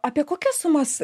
apie kokias sumas